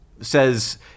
says